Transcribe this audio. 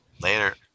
Later